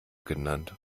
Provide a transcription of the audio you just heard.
genannt